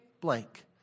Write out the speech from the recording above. blank